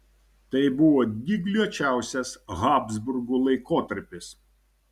tai buvo dygliuočiausias habsburgų laikotarpis